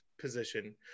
position